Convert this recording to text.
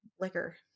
liquor